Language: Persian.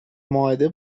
مائده